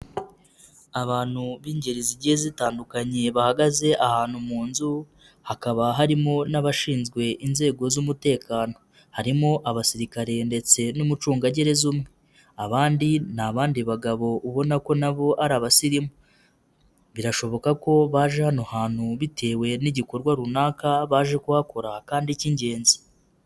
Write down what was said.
Abantu b'ingeri zigiye zitandukanye bahagaze ahantu mu nzu, hakaba harimo n'abashinzwe inzego z'umutekano, arimo abasirikare ndetse n'umucungagereza umwe, abandi ni abandi bagabo ubona ko nabo ari abasirimu, birashoboka ko baje hano hantu bitewe n'igikorwa runaka baje kuhakora kandi cy'ingenzi.